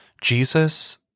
Jesus